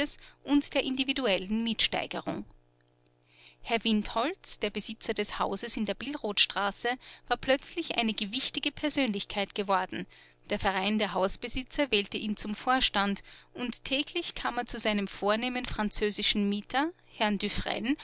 und der individuellen mietsteigerung herr windholz der besitzer des hauses in der billrothstraße war plötzlich eine gewichtige persönlichkeit geworden der verein der hausbesitzer wählte ihn zum vorstand und täglich kam er zu seinem vornehmen französischen mieter herrn